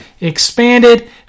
expanded